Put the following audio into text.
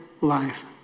life